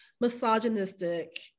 misogynistic